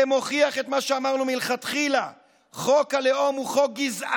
זה מוכיח את מה שאמרנו מלכתחילה: חוק הלאום הוא חוק גזעני,